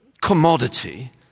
commodity